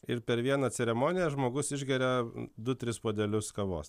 ir per vieną ceremoniją žmogus išgeria du tris puodelius kavos